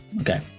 Okay